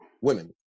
women